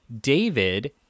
David